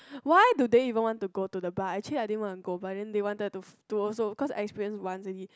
why do they even want to go the bar actually I didn't want to go but then they wanted to to also because I experienced once already